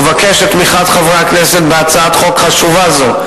אבקש את תמיכת חברי הכנסת בהצעת חוק חשובה זו,